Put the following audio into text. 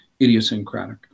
idiosyncratic